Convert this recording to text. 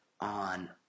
on